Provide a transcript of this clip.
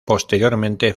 posteriormente